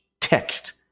text